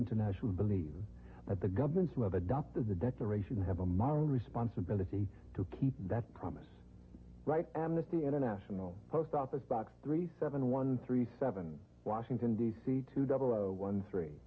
international believe that the governments who have adopted the declaration have a moral responsibility to keep that promise right and that the international post office box three seven one three seven washington d c two double zero one three